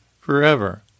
forever